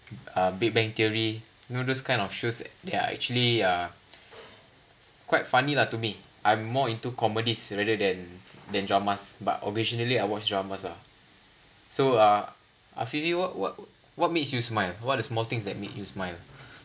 uh big bang theory you know those kind of shows they are actually uh quite funny lah to me I'm more into comedies rather than than dramas but occasionally I watch dramas ah so uh afifi what what what makes you smile what's the small things that make you smile